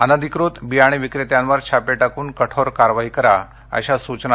अनाधिकृत बियाणे विक्रेत्यांवर छापे टाकून कठोर कारवाई करा अशा सूचना दिल्या